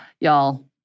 y'all